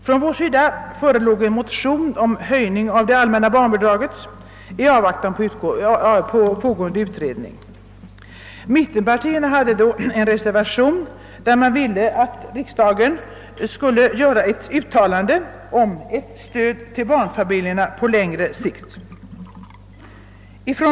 Från vår sida förelåg en motion om höjning av det allmänna barnbidraget i avvaktan på resultatet av pågående utredning. Mittenpartierna hade då en reservation där man ville att riksdagen skulle göra ett uttalande om ett stöd till barnfamiljerna på längre sikt.